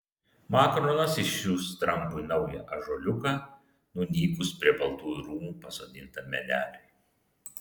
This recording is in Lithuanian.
makronas išsiųs trampui naują ąžuoliuką nunykus prie baltųjų rūmų pasodintam medeliui